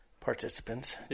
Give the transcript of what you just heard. participants